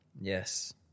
Yes